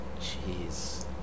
Jeez